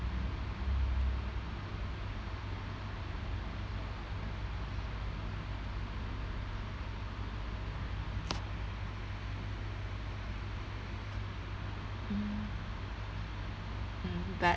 mm mm but